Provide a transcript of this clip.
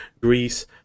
Greece